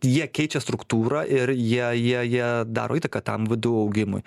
jie keičia struktūrą ir jie jie jie daro įtaką tam vdu augimui